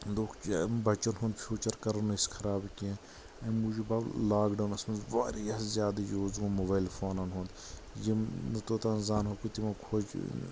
دۄپُکھ یہِ بچن ہُند فیوٗچر کٔرو نہٕ أسۍ خراب کیٛنٚہہ امہِ موٗجوٗب آو لاک ڈونس منٛز واریاہ زیادٕ یوٗز موبایل فوٗنن ہنُد یم نہٕ توتٲم زانہوکھٕے تِمو کھوٗجہ